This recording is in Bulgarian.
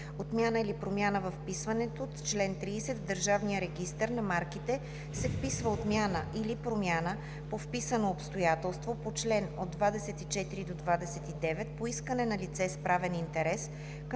„Отмяна или промяна във вписването Чл. 30. В Държавния регистър на марките се вписва отмяна или промяна по вписано обстоятелство по чл. 24 – 29 по искане на лице с правен интерес, към